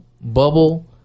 bubble